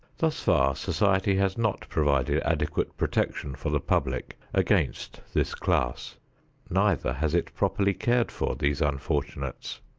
thus far, society has not provided adequate protection for the public against this class neither has it properly cared for these unfortunates.